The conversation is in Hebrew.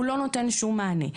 הוא לא נותן שום מענה.